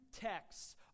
texts